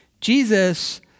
Jesus